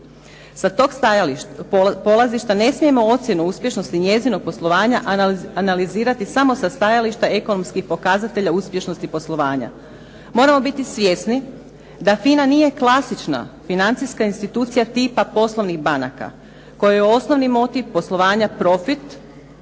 Sa tog polazišta ne smijemo ocjenu uspješnosti njezinog poslovanja analizirati samo sa stajališta ekonomskih pokazatelja uspješnosti poslovanja. Moramo biti svjesni da FINA nije klasična financijska institucija tipa poslovnih banaka kojoj je osnovni motiv poslovanja profit,